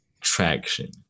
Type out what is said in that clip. traction